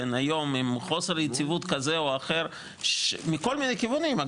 שנמצאת היום עם חוסר יציבות כזה או אחר מכל מיני כיוונים,